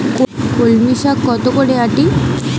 কলমি শাখ কত করে আঁটি?